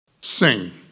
Sing